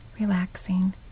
Relaxing